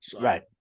Right